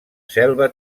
selva